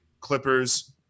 Clippers